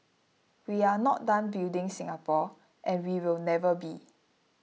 we are not done building Singapore and we will never be